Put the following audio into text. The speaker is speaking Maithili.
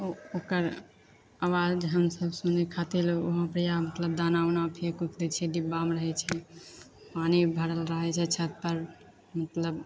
ओ ओकर आबाज हमसब सुनै खातिर वहाँ पर दाना ओना फेक ओक दै छियै डिब्बामे रहैत छै पानि भरल रहैत छै छत पर मतलब